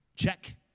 check